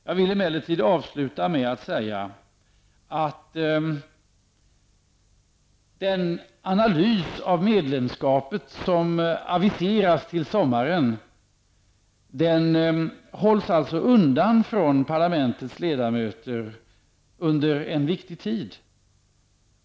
Jag vill emellertid avsluta med att säga att den analys av medlemskapet som aviseras till sommaren hålls undan från parlamentets ledamöter under en viktig tid.